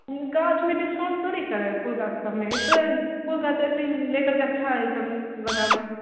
गाछमे डिस्काउन्ट थोड़े करै हइ फूल गाछ सबमे एतऽ फूल गाछ वइसे लेकरके अच्छा इसब लगाबै हइ